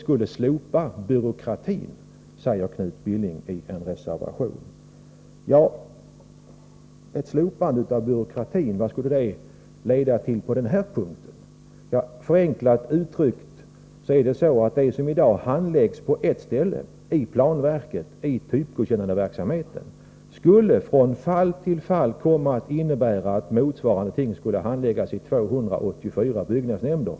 Knut Billing säger i en reservation att det skulle innebära att byråkratin slopades. Men vad skulle ett slopande av byråkratin leda till på den här punkten? Förenklat uttryckt: Det som i dag handläggs på ett ställe — inom planverket, inom typgodkännandeverksamheten — skulle från fall till fall komma att handläggas av byggnadsnämnden i någon av landets kommuner. Det rör sig om 284 byggnadsnämnder.